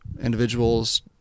individuals